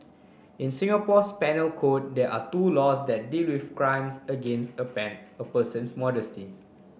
in Singapore's penal code there are two laws that with crimes against a ban a person's modesty